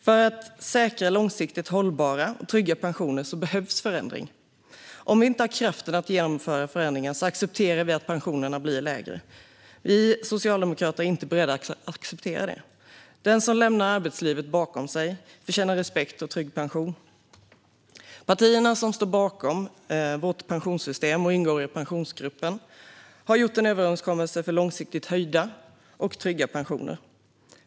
För att säkra långsiktigt hållbara och trygga pensioner behövs förändring. Om vi inte har kraften att genomföra förändringar accepterar vi att pensionerna blir lägre. Vi socialdemokrater är inte beredda att göra det. Den som lämnar arbetslivet bakom sig förtjänar respekt och trygg pension. Partierna som står bakom vårt pensionssystem och ingår i Pensionsgruppen har gjort en överenskommelse för långsiktigt höjda och trygga pensioner.